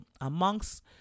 amongst